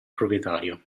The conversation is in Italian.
proprietario